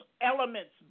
elements